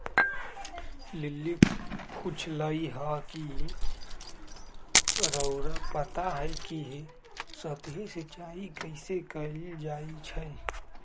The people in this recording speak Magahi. लिली पुछलई ह कि रउरा पता हई कि सतही सिंचाई कइसे कैल जाई छई